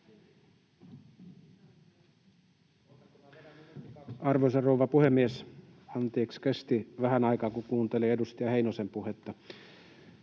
Arvoisa rouva puhemies! Anteeksi, kesti vähän aikaa, kun kuuntelin edustaja Heinosen puhetta.